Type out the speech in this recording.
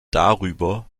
darüber